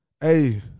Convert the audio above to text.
hey